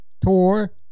tour